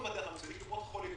קופות החולים